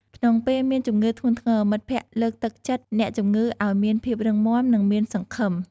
ក្នុងពេលមានជំងឺធ្ងន់ធ្ងរ មិត្តភ័ក្តិលើកទឹកចិត្តអ្នកជំងឺឲ្យមានភាពរឹងមាំ និងមានសង្ឃឹម។